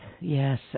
yes